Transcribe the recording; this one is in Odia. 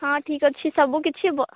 ହଁ ଠିକ୍ ଅଛି ସବୁ କିଛି